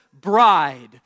bride